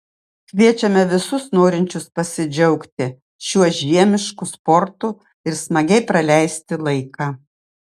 kviečiame visus norinčius pasidžiaugti šiuo žiemišku sportu ir smagiai praleisti laiką